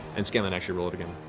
and scanlan, actually, roll it again.